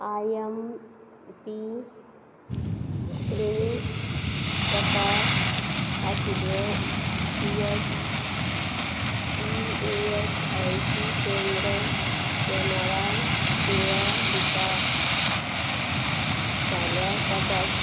I M P clinic प्रकार आशिल्लें S E S I C केंद्रां एम आर आय सेवा दिता जाल्यार तपास